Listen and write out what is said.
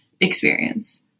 experience